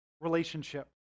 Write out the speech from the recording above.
relationship